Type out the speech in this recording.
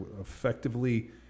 effectively